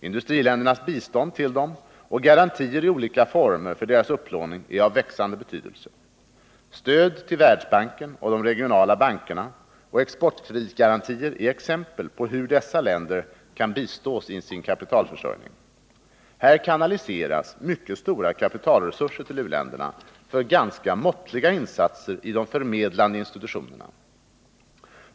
Industriländernas bistånd till dem och garantier i olika former för deras upplåning är av växande betydelse. Stöd till Världsbanken och de regionala bankerna och exportkreditgarantier är exempel på hur dessa länder kan bistås i sin kapitalförsörjning. Här kanaliseras mycket stora kapitalresurser till u-länderna för ganska måttliga insatser i de förmedlande institutionerna.